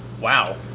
Wow